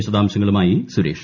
വിശദാംശങ്ങളുമായി സുരേഷ്